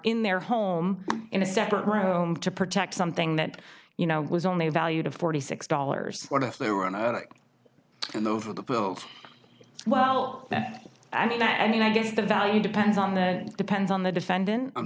in their home in a separate room to protect something that you know was only valued of forty six dollars and over the built well i mean i mean i guess the value depends on the depends on the defendant u